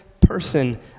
person